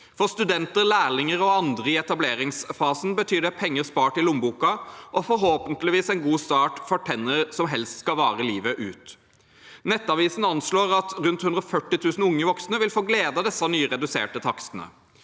For studenter, lærlinger og andre i etableringsfasen betyr det penger spart i lommeboka og forhåpentligvis en god start for tenner som helst skal vare livet ut. Nettavisen anslår at rundt 140 000 unge voksne vil få glede av disse nye, reduserte takstene.